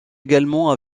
également